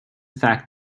fact